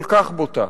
כל כך בוטה?